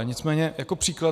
Nicméně jako příklad.